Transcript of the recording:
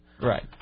Right